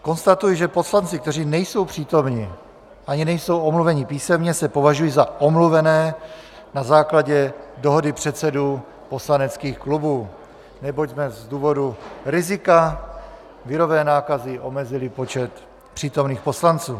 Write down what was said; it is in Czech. Konstatuji, že poslanci, kteří nejsou přítomni ani nejsou omluveni písemně, se považují za omluvené na základě dohody předsedů poslaneckých klubů, neboť jsme z důvodu rizika virové nákazy omezili počet přítomných poslanců.